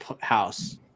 house